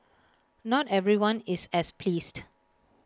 not everyone is as pleased